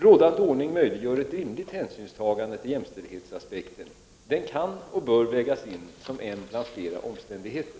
Rådande ordning möjliggör ett rimligt hänsynstagande till jämställdhetsaspekten. Den kan och bör vägas in som en bland flera omständigheter.